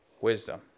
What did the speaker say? wisdom